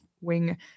wing